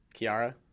Kiara